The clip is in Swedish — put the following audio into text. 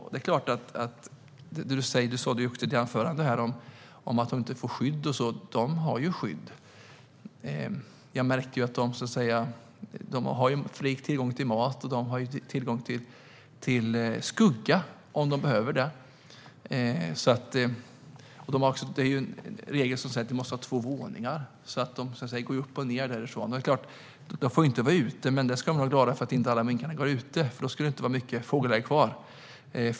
Jens Holm sa att de inte får skydd och så. Men de har skydd. Jag märkte att de har fri tillgång till mat. De har också tillgång till skugga om de behöver det. Det finns även en regel som säger att det måste vara två våningar, så att de kan gå upp och ned. De får förvisso inte vara ute, men vi ska nog vara glada för att inte alla minkar är ute, för då skulle det inte vara många fågelägg kvar.